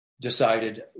decided